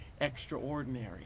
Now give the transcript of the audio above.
extraordinary